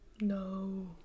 No